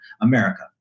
America